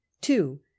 two